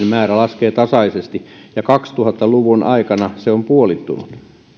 määrä laskee tasaisesti ja kaksituhatta luvun aikana se on puolittunut